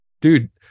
dude